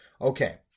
Okay